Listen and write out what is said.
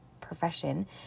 profession